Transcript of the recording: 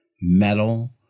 metal